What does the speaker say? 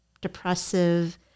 depressive